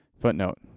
Footnote